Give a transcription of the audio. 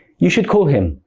you should call him.